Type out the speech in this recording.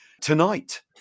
tonight